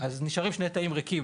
אז נשארים שני תאים ריקים.